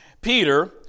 Peter